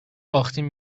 باختیم